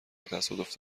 تصادف